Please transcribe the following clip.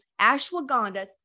Ashwagandha